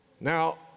Now